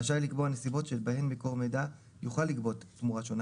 רשאי לקבוע נסיבות שבהן מקור מידע יוכל לגבות תמורה שונה